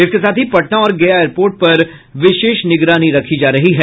इसके साथ ही पटना और गया एयरपोर्ट पर विशेष निगरानी रखी जा रही है